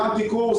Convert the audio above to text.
סיימתי קורס,